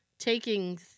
taking